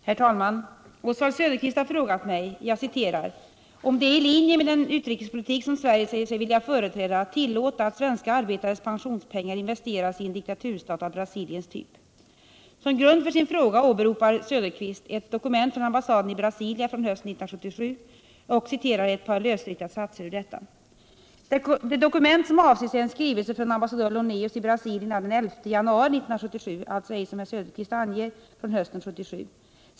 Herr talman! Oswald Söderqvist har frågat mig om det är ”i linje med den utrikespolitik som Sverige säger sig vilja föra att tillåta att svenska arbetares pensionspengar investeras i en diktaturstat av Brasiliens typ”. Som grund för sin fråga åberopar herr Söderqvist ett dokument från ambassaden i Brasilia från hösten 1977 och citerar ett par lösryckta satser ur detta. Det dokument som avses är en skrivelse från ambassadör Lon&us i Brasilien av den 11 januari 1977, alltså ej som herr Söderqvist anger från hösten 1977.